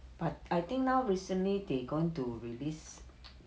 but I think now recently they going to release